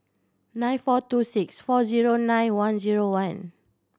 nine four two six four zero nine one zero one